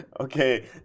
Okay